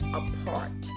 apart